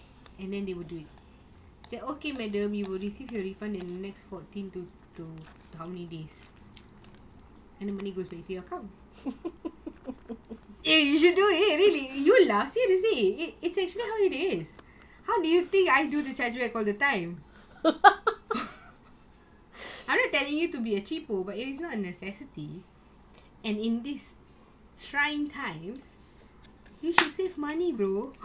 and then they will do it they will say okay madam you will receive your refund in the next fourteen to to how many days and the money goes back to your account eh you should do it really you you laugh it's actually how it is how do you think I do the charge back all the time I'm not telling you to be a cheapo but it it's not a necessity and in this trying times you should save money bro